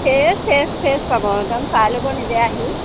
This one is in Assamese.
হেই ফ্ৰেছ ফ্ৰেছ পাব একদম চাই ল'ব নিজে আহি